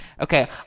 Okay